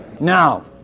Now